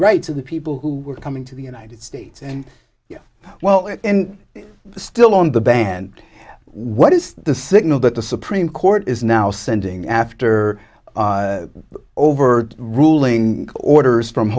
rights of the people who were coming to the united states and well and still on the band what is the signal that the supreme court is now sending after over ruling orders from